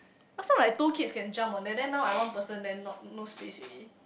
last time like tall kid can jump but then now I one person then not no space already